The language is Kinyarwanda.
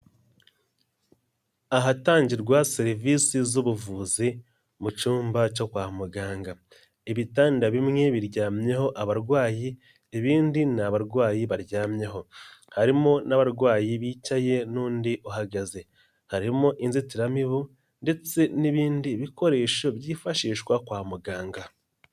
Ahatangirwa serivisi z'ubuvuzi mu cyumba cyo kwa muganga, ibitanda bimwe biryamyeho abarwayi, ibindi nta barwayi baryamyeho, harimo n'abarwayi bicaye n'undi uhagaze, harimo inzitiramibu ndetse n'ibindi bikoresho byifashishwa kwa muganga.